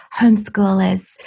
homeschoolers